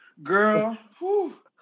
Girl